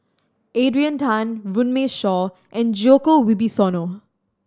Adrian Tan Runme Shaw and Djoko Wibisono